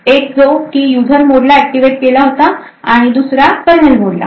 एक जो कि युजर मोडला ऍक्टिव्हट केला होता व दुसरा करनेल मोडला